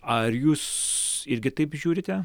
ar jūs irgi taip žiūrite